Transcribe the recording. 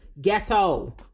ghetto